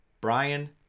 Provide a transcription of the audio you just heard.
Brian